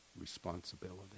responsibility